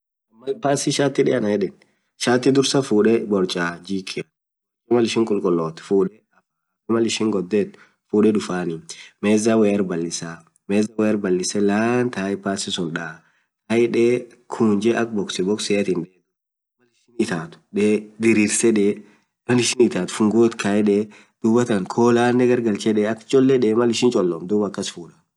ann amtan hoo woan lam took biraa fuded anaan yedeen sagalee worit nyatenuuf hyo sagalee hotelia sagalee woraa biraa fudedaa, sagalee worit nyateen ishin garamaa birii hinkabduu. Akk suun nyatee kuftaa garamaa hinkabduu amoo hoteli galia garama ishian olljirtii nyatee hinkuftuu duub anin sagalee worit nyateen fedaa.